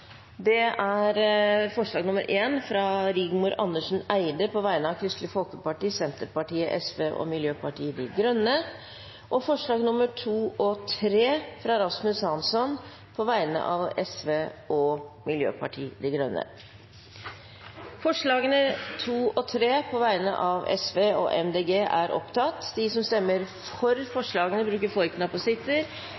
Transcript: Det er forslag nr. 1, fra Rigmor Andersen Eide på vegne av Kristelig Folkeparti, Senterpartiet, Sosialistisk Venstreparti og Miljøpartiet De Grønne forslagene nr. 2 og 3, fra Rasmus Hansson på vegne av Sosialistisk Venstreparti og Miljøpartiet De Grønne Det voteres over forslagene nr. 2 og 3, fra Sosialistisk Venstreparti og